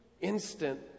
instant